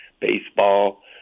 baseball